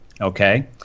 okay